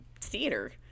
theater